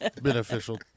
beneficial